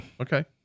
Okay